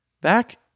back